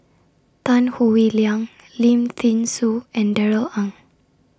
Tan Howe Liang Lim Thean Soo and Darrell Ang